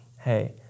hey